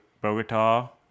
Bogota